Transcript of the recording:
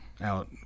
out